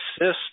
assist